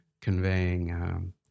conveying